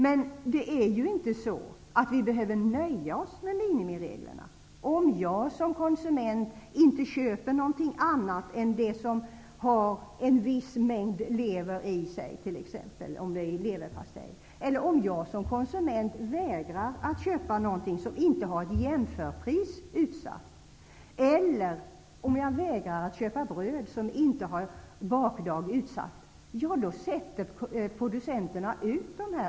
Det är emellertid inte så att vi behöver nöja oss med minimireglerna. Om jag som konsument inte köper den pastej som inte innehåller en viss mängd lever, om jag som konsument vägrar att köpa en vara där jämförpris inte är utsatt eller vägar att köpa bröd för vilket bakdag inte anges, då rättar sig producenterna efter detta.